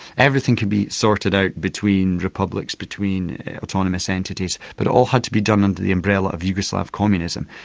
everything could be sorted out between republics, between autonomous entities, but it all had to be done under the umbrella of yugoslav communism.